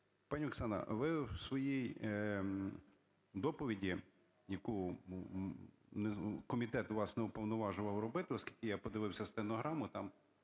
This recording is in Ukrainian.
Пані Оксано, ви в своїй доповіді, яку комітет вас не уповноважував робити, оскільки я подивився стенограму, там